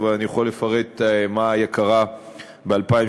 אבל אני יכול לפרט מה קרה ב-2013,